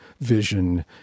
vision